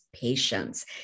patience